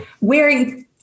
wearing